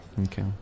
Okay